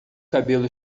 cabelo